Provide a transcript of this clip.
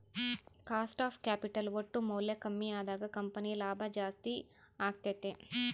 cost of capital ಒಟ್ಟು ಮೌಲ್ಯ ಕಮ್ಮಿ ಅದಾಗ ಕಂಪನಿಯ ಲಾಭ ಜಾಸ್ತಿ ಅಗತ್ಯೆತೆ